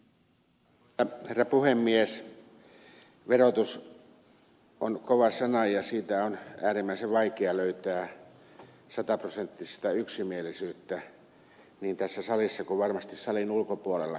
verotus on kova sana ja siitä on äärimmäisen vaikea löytää sataprosenttista yksimielisyyttä niin tässä salissa kuin varmasti salin ulkopuolellakin